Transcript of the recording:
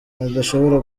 adashobora